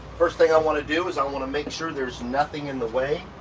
first thing i wanna do is i wanna make sure there's nothing in the way,